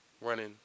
running